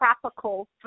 tropical